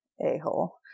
a-hole